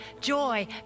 joy